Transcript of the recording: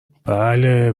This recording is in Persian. بله